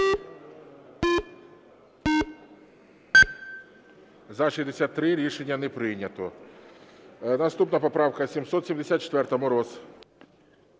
За-63 Рішення не прийнято. Наступна поправка 774. Мороз.